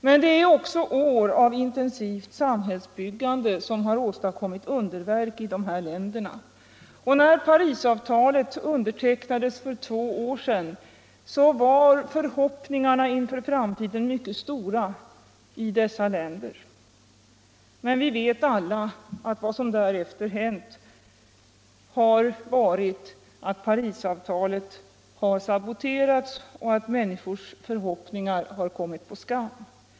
Men det är också år av intensivt samhällsbyggande som har åstadkommit underverk i de här länderna. När Parisavtalet undertecknades för två år sedan var förhoppningarna inför framtiden mycket stora i dessa länder. Men vi vet alla att vad som därefter hänt har varit att Parisavtalet har saboterats och att människors förhoppningar har kommit på skam.